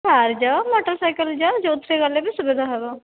କାର୍ରେ ଯାଅ ମୋଟର୍ ସାଇକେଲରେ ଯାଅ ଯେଉଁଥିରେ ଗଲେ ବି ସୁବିଧା ହେବ